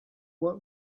what